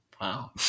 Wow